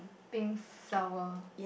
pink flower